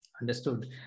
Understood